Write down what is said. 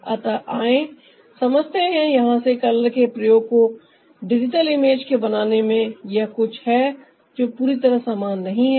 अतः आएं समझते हैं यहां से कलर के प्रयोग को डिजिटल इमेज के बनाने में यह कुछ है जो पूरी तरह समान नहीं है